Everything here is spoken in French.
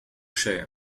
cher